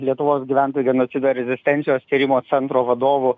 lietuvos gyventojų genocido rezistencijos tyrimo centro vadovu